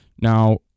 Now